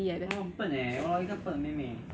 来的